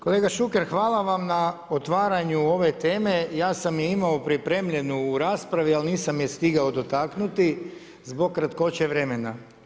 Kolega Šuker, hvala vam na otvaranju ove teme, ja sam je imao pripremljenu u raspravi, ali nisam je stigao dotaknuti zbog kratkoće vremena.